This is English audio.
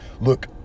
look